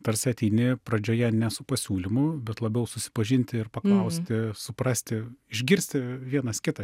tarsi ateini pradžioje ne su pasiūlymu bet labiau susipažinti ir paklausti suprasti išgirsti vienas kitą